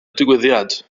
digwyddiad